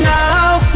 Now